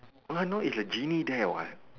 right now is genie there what